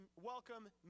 welcome